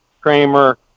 Kramer